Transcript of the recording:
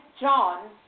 John